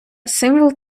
символ